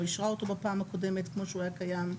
אישרה אותו בפעם הקודמת כמו שהוא היה קיים.